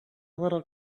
little